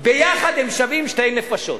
ביחד הם שווים שתי נפשות,